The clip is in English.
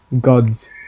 Gods